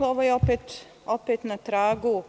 Ovo je opet na tragu